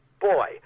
boy